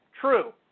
true